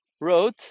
wrote